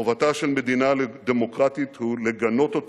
חובתה של מדינה דמוקרטית היא לגנות את